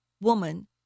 woman